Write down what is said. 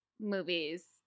movies